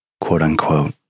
quote-unquote